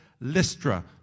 Lystra